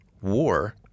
war